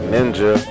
Ninja